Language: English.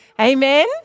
Amen